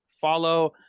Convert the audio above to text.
follow